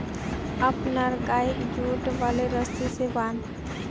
अपनार गइक जुट वाले रस्सी स बांध